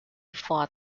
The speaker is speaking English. fought